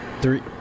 Three